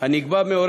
גברתי היושבת-ראש,